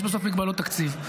יש בסוף מגבלות תקציב.